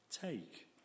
Take